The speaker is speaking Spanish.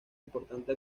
importante